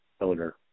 owner